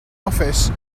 office